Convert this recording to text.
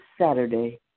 Saturday